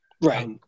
Right